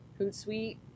Hootsuite